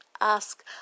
ask